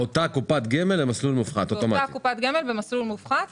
באותה קופת גמל במסלול מופחת אוטומטית.